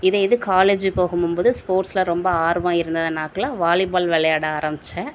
இதே இது காலேஜு போகும் போது ஸ்போர்ட்ஸில் ரொம்ப ஆர்வம் இருந்ததனாக்குல வாலிபால் விளையாட ஆரமித்தேன்